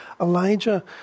Elijah